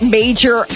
major